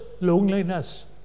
loneliness